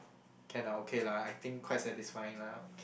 can lah okay lah I think quite satisfying lah